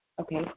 Okay